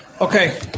Okay